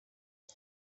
who